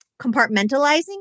compartmentalizing